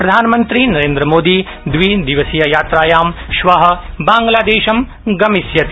प्रधानमंत्रीनरेन्द्रमोदी द्विदिवसीय यात्रायांश्वः बाङ्ग्लादेशंगमिष्यति